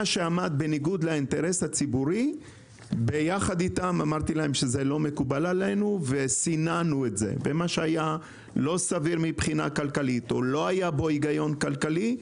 את מה שעמד בניגוד לאינטרס הציבורי או שלא היה בו היגיון כלכלי,